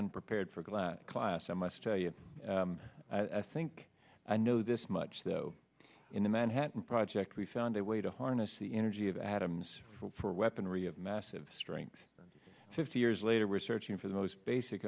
unprepared for glass class i must tell you i think i know this much though in the manhattan project we found a way to harness the energy of atoms for weaponry of massive strength fifty years later we're searching for the most basic